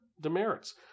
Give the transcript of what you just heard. demerits